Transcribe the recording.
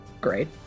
Great